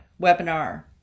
webinar